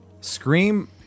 scream